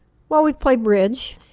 well, we play bridge.